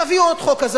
תביאו עוד חוק כזה.